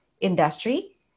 industry